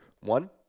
one